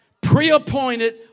pre-appointed